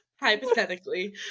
Hypothetically